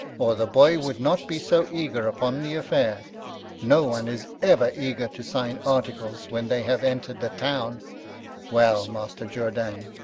or the boy would not be so eager upon the affair no one is ever eager to sign articles when they have entered the town well, master jourdain,